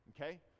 okay